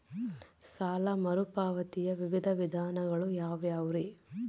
ಸಾಲ ಮರುಪಾವತಿಯ ವಿವಿಧ ವಿಧಾನಗಳು ಯಾವ್ಯಾವುರಿ?